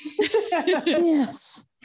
yes